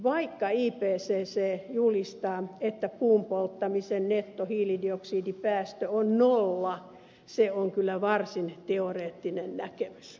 vaikka ipcc julistaa että puun polttamisen nettohiilidioksidipäästö on nolla se on kyllä varsin teoreettinen näkemys